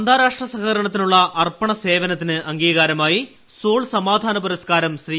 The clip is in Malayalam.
അന്താരാഷ്ട്ര സഹകരണത്തിനുള്ള അർപ്പണ സേവനത്തിന് അംഗീകാരമായി സോൾ സമാധാന പുരസ്കാരം ശ്രീ